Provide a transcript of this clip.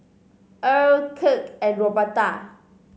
Erle Kirk and Roberta